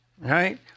right